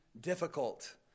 difficult